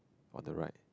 on the right